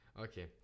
Okay